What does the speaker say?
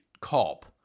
cop